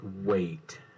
wait